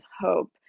hope